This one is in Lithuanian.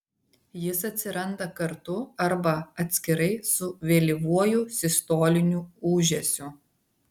jis atsiranda kartu arba atskirai su vėlyvuoju sistoliniu ūžesiu